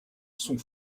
sont